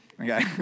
Okay